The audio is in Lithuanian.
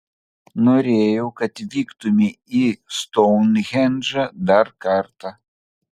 norėjau kad vyktumei į stounhendžą dar kartą